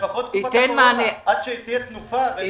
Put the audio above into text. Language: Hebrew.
לפחות לתקופת הקורונה, עד שתהיה תקופה.